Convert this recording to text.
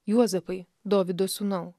juozapai dovydo sūnau